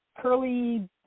curly